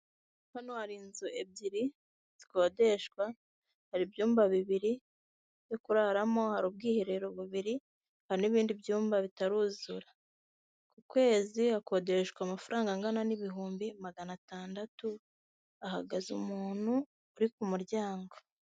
Hano hari inzu ebyiri zikodeshwa, hari ibyumba bibiri byo kuraramo, hari ubwiherero bubiri, hari n'ibindi byumba bitaruzura. Ku kwezi hakodeshwa amafaranga angana n'ibihumbi magana atandatu, hahagaze umuntu uri ku muryango.